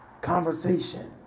Conversation